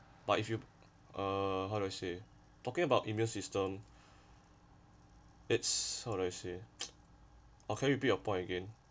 but if you uh how do I say talking about immune system it's how do I say uh can you repeat your point again